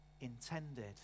intended